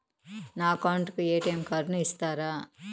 నా అకౌంట్ కు ఎ.టి.ఎం కార్డును ఇస్తారా